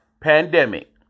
pandemic